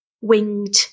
winged